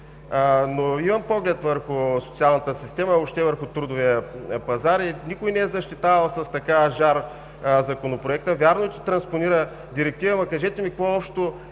но имам поглед върху социалната система, въобще върху трудовия пазар, и никой не е защитавал с такава жар Законопроекта. Вярно е, че транспонира Директива, но кажете ми какво общо